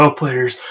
players